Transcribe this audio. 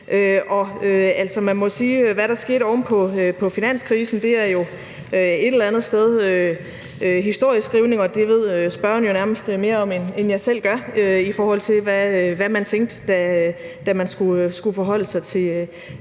hvad der skete oven på finanskrisen, jo et eller andet sted er historieskrivning, og det ved spørgeren nærmest mere om, end jeg selv gør, i forhold til hvad man tænkte, da man skulle forholde sig til finanskrisen,